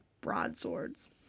broadswords